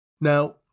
Now